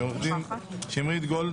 ג.